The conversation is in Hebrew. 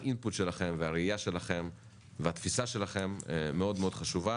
האינפוט שלכם והראייה שלכם והתפיסה שלכם מאוד מאוד חשובה